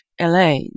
LA